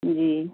جی